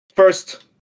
First